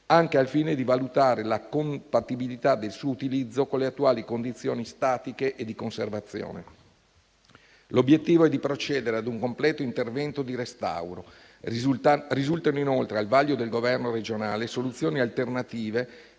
anche al fine di valutare la compatibilità del suo utilizzo con le attuali condizioni statiche e di conservazione. L'obiettivo è di procedere a un completo intervento di restauro. Risultano inoltre al vaglio del governo regionale soluzioni alternative